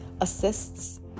assists